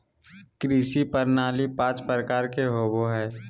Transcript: कृषि प्रणाली पाँच प्रकार के होबो हइ